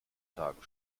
tagen